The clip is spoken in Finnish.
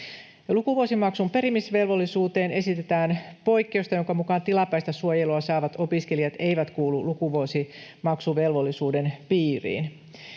Lukuvuosimaksun perimisvelvollisuuteen esitetään poikkeusta, jonka mukaan tilapäistä suojelua saavat opiskelijat eivät kuulu lukuvuosimaksuvelvollisuuden piiriin.